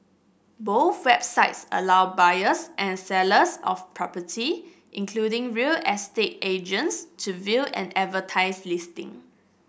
both websites allow buyers and sellers of property including real estate agents to view and advertise listing